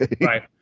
Right